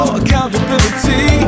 accountability